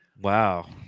wow